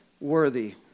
worthy